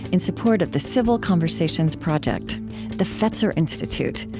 in support of the civil conversations project the fetzer institute,